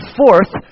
fourth